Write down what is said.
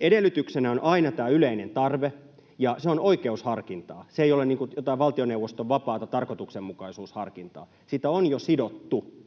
Edellytyksenä on aina tämä yleinen tarve, ja se on oikeusharkintaa, se ei ole jotakin valtioneuvoston vapaata tarkoituksenmukaisuusharkintaa. Sitä on jo sidottu.